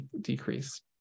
decrease